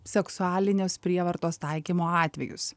seksualinės prievartos taikymo atvejus